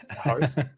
host